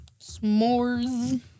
S'mores